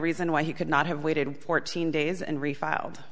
reason why he could not have waited fourteen days and refiled